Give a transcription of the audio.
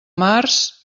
març